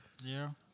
Zero